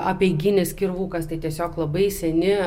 apeiginis kirvukas tai tiesiog labai seni